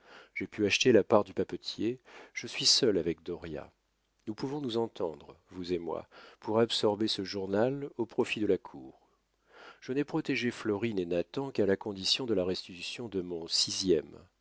j'ai pu acheter la part du papetier je suis seul avec dauriat nous pouvons nous entendre vous et moi pour absorber ce journal au profit de la cour je n'ai protégé florine et nathan qu'à la condition de la restitution de mon